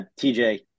TJ